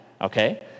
okay